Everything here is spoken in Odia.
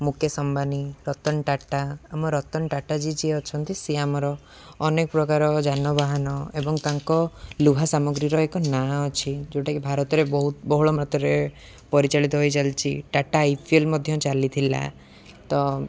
ମୁକେଶ ଅମ୍ବାନୀ ରତନ ଟାଟା ଆମ ରତନ ଟାଟା ଯିଏ ଯିଏ ଅଛନ୍ତି ସିଏ ଆମର ଅନେକ ପ୍ରକାର ଯାନବାହାନ ଏବଂ ତାଙ୍କ ଲୁହା ସାମଗ୍ରୀର ଏକ ନାଁ ଅଛି ଯେଉଁଟାକି ଭାରତରେ ବହୁତ ବହୁଳ ମାତ୍ରାରେ ପରିଚାଳିତ ହେଇଚାଲିଛି ଟାଟା ଆଇ ପି ଏଲ୍ ମଧ୍ୟ ଚାଲିଥିଲା ତ